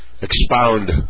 expound